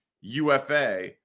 UFA